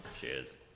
cheers